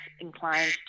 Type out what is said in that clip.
inclined